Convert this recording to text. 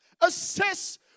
assess